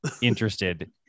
interested